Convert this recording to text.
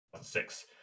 six